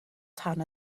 tan